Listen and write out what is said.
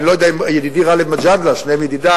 אני לא יודע אם ידידי גאלב מג'אדלה, שניהם ידידי,